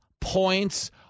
points